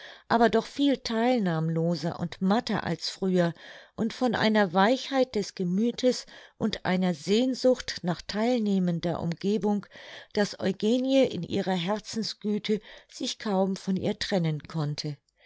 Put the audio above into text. aber doch viel theilnahmloser und matter als früher und von einer weichheit des gemüthes und einer sehnsucht nach theilnehmender umgebung daß eugenie in ihrer herzensgüte sich kaum von ihr trennen konnte